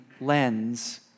lens